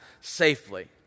safely